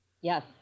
Yes